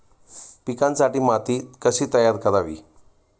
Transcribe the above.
पिकांसाठी माती कशी तयार करावी?